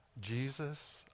Jesus